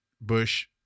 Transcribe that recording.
Bush